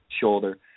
shoulder